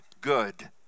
good